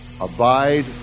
abide